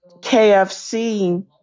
KFC